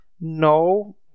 No